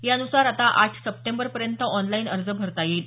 यानुसार आता आठ सप्टेंबरपर्यंत ऑनलाईन अर्ज भरता येईल